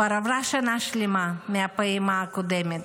כבר עברה שנה שלמה מהפעימה הקודמת,